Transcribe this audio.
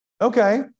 Okay